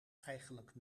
eigenlijk